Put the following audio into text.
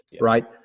right